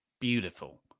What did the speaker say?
Beautiful